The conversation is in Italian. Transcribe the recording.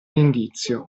indizio